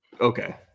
okay